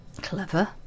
Clever